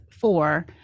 four